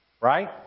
right